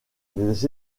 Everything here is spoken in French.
des